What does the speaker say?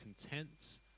content